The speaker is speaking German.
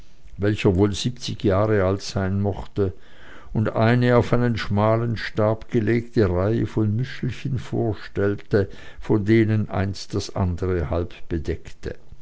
welcher wohl siebenzig jahr alt sein mochte und eine auf einen schmalen stab gelegte reihe von müschelchen vorstellte von denen eins das andere halb bedeckte